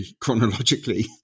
chronologically